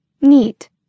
Neat